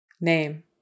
Name